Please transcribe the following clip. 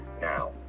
Now